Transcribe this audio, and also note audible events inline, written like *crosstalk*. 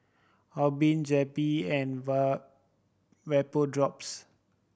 Obimin Zappy and *unintelligible* Vapodrops